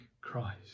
Christ